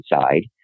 side